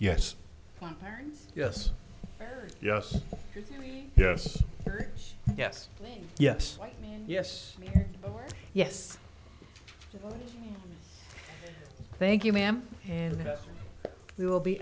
parents yes yes yes yes yes yes yes thank you ma'am and we will be